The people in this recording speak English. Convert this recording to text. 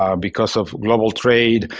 um because of global trade,